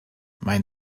mein